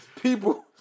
People